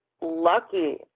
lucky